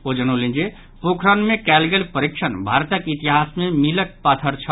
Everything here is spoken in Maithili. ओ जनौलनि जे पोखरण मे कयल गेल परीक्षण भारतक इतिहास मे मीलक पाथर छल